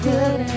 good